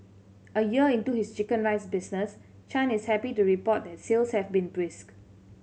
a year into his chicken rice business Chan is happy to report that sales have been brisk